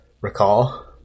recall